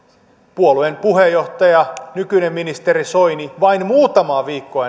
puolueen puheenjohtaja nykyinen ministeri soini vain muutamaa viikkoa